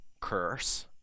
curse